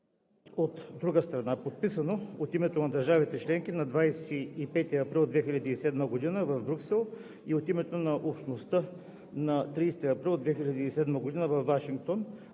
от друга страна, подписано от името на държавите членки на 25 април 2007 г. в Брюксел и от името на Общността на 30 април 2007 г. във Вашингтон